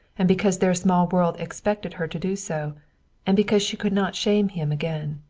and because their small world expected her to do so and because she could not shame him again.